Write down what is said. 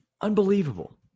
unbelievable